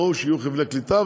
ברור שיהיו חבלי קליטה,